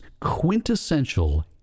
quintessential